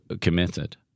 committed